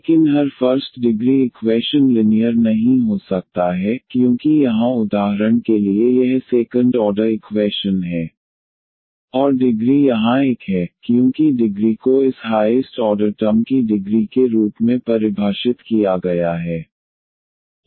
लेकिन हर first degree equation linear नहीं हो सकता है क्योंकि यहाँ उदाहरण के लिए यह सेकंड ऑर्डर इक्वैशन है और डिग्री यहाँ एक है क्योंकि डिग्री को इस हाईएस्ट ऑर्डर टर्म की डिग्री के रूप में परिभाषित किया गया है